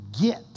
get